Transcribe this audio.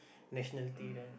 nationality there